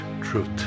truth